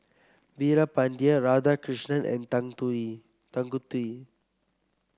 Veerapandiya Radhakrishnan and Tanguturi